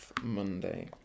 Monday